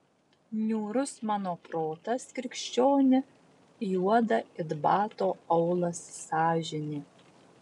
niūrus mano protas krikščioni juoda it bato aulas sąžinė